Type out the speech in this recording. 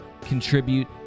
contribute